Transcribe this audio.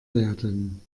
werden